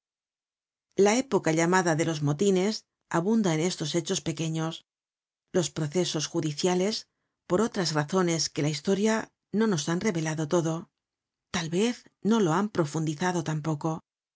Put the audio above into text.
la época llamada de los motines abunda en estos hechos pequeños los procesos judiciales por otras razones que la historia no nos han revelado todo tal vez no lo han profuudizado tampoco